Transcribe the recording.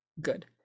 Good